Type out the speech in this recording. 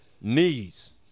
Knees